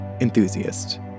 Enthusiast